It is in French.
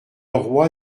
roi